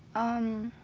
um.